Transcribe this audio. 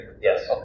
Yes